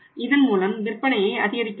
இதன் மூலம் விற்பனையை அதிகரிக்க முடியும்